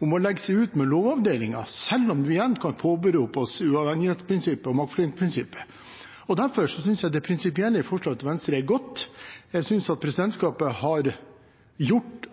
om å legge seg ut med Lovavdelingen, selv om vi igjen kan påberope oss uavhengighetsprinsippet og maktfordelingsprinsippet. Derfor synes jeg det prinsipielle i forslaget til Venstre er godt. Jeg tror at presidentskapet antakelig har gjort